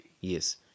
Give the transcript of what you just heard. yes